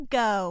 go